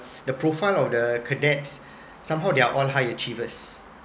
the profile of the cadets somehow they're all high achievers